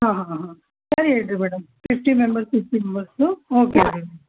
ಹಾಂ ಹಾಂ ಹಾಂ ಸರಿ ಹೇಳಿರಿ madam fifty members fifty members okay ಅದು